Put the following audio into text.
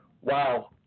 Wow